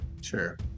Sure